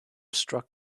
struck